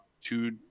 two